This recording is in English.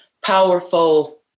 powerful